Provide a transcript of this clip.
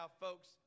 folks